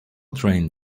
drained